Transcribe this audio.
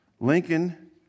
Lincoln